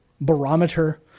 barometer